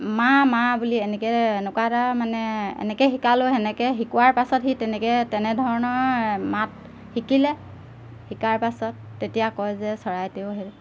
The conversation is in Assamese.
মা মা বুলি এনেকৈ এনেকুৱা এটা মানে এনেকৈ শিকালোঁ সেনেকৈ শিকোৱাৰ পাছত সি তেনেকৈ তেনেধৰণৰ মাত শিকিলে শিকাৰ পাছত তেতিয়া কয় যে চৰাইটিয়েও সেই